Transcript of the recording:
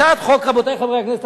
רבותי חברי הכנסת,